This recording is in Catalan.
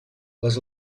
les